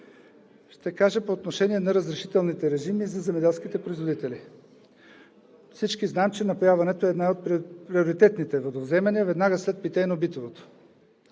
Ще кажа по отношение на разрешителните режими за земеделските производители. Всички знаем, че напояването е едно от приоритетните водовземания веднага след питейно-битовото.